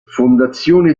fondazione